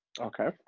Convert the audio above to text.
Okay